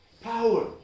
power